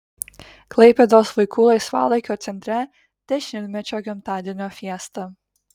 klaipėdos vaikų laisvalaikio centre dešimtmečio gimtadienio fiesta